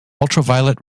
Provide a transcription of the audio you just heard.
ultraviolet